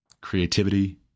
Creativity